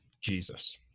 Jesus